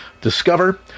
Discover